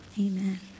Amen